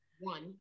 one